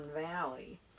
Valley